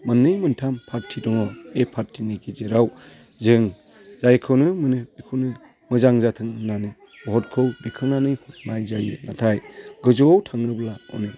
मोननै मोनथाम पार्टि दङ बे पार्टिनि गेजेराव जों जायखौनो मोनो बेखौनो मोजां जाथों होननानै भटखौ दिखांनानै हरनाय जायो नाथाय गोजौआव थाङोब्ला अनेख